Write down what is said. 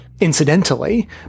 Incidentally